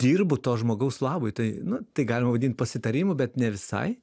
dirbu to žmogaus labui tai nu tai galima vadint pasitarimu bet ne visai